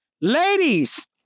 ladies